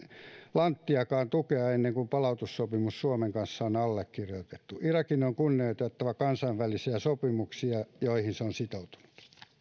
lanttiakaan tukea ennen kuin palautussopimus suomen kanssa on allekirjoitettu irakin on kunnioitettava kansainvälisiä sopimuksia joihin se on sitoutunut